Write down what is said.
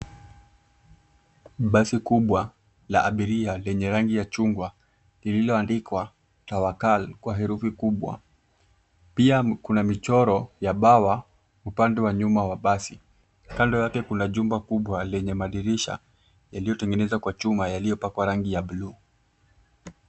Basi kubwa la abiria lenye rangi ya chungwa lililoandikwa Tawakal kwa herufi kubwa. Pia kuna michoro ya bawa upande wa nyuma wa basi. Kando yake kuna jumba kubwa lenye madirisha yaliyotengenezwa kwa chuma yaliyopakwa rangi ya bluu.